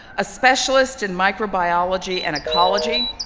a specialist in microbiology and ecology,